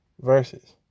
verses